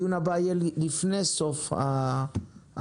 הדיון הבא יהיה לפני סוף המושב,